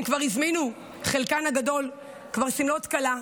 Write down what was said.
הן כבר הזמינו, חלקן הגדול, שמלות כלה,